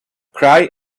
cry